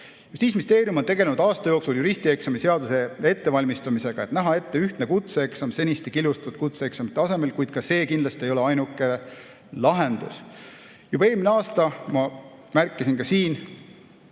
Justiitsministeerium on aasta jooksul tegelenud juristieksami seaduse ettevalmistamisega, et näha ette ühtne kutseeksam seniste killustatud kutseeksamite asemel, kuid ka see ei ole kindlasti ainuke lahendus. Juba eelmine aasta ma märkisin ka siin